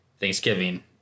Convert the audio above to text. Thanksgiving